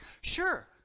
Sure